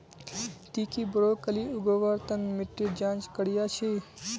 ती की ब्रोकली उगव्वार तन मिट्टीर जांच करया छि?